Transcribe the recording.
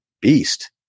beast